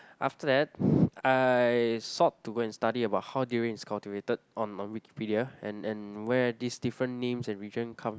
after that I sought to go and study about how durians is cultivated on on Wikipedia and and where these different names and region come